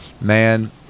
Man